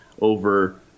over